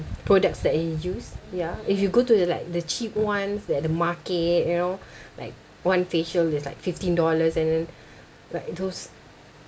products that they use ya if you go to the like the cheap ones at the market you know like one facial it's like fifteen dollars and like those